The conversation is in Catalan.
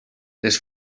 les